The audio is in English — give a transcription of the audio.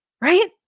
right